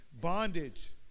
bondage